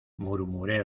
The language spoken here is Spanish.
murmuré